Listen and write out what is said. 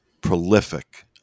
Prolific